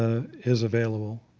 ah is available.